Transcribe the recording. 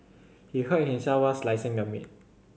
he hurt himself while slicing the meat